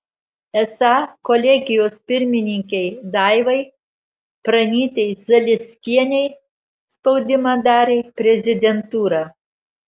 esą kolegijos pirmininkei daivai pranytei zalieckienei spaudimą darė prezidentūra